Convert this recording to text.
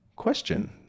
question